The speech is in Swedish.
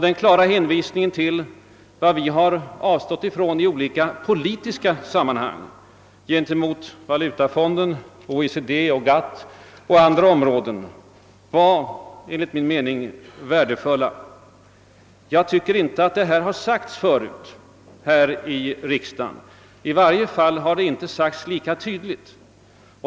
Den klara hänvisningen till vad vi har avstått från i olika »politiska» sammanhang — gentemot valutafonden, OECD och GATT och på andra områ den — var enligt min mening värdefull. Detta har inte sagts förut här i riksdagen; i varje fall har det inte sagts lika tydligt.